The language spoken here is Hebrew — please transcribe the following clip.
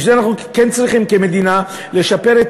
בשביל זה אנחנו כן צריכים כמדינה לשפר את